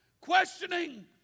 questioning